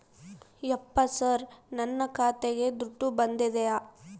ಯಪ್ಪ ಸರ್ ನನ್ನ ಖಾತೆಗೆ ದುಡ್ಡು ಬಂದಿದೆಯ?